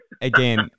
again